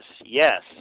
Yes